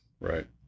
Right